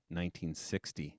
1960